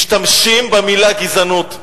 משתמשים במלה "גזענות".